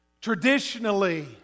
Traditionally